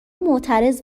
معترض